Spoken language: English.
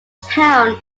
town